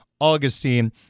Augustine